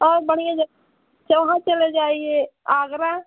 और बढ़िया वहाँ चले जाइए आगरा